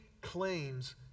claims